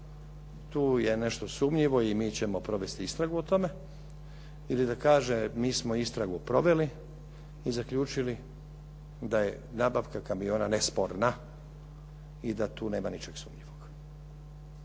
tu je nešto sumnjivo i mi ćemo provesti istragu o tome. Ili da kaže mi smo istragu proveli i zaključili da je nabavka kamiona nesporna i da tu nema ničeg sumnjivog.